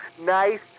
Nice